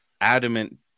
adamant